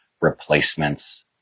replacements